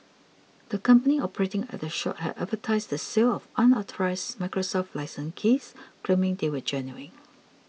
the company operating at the shop had advertised the sale of unauthorised Microsoft licence keys claiming they were genuine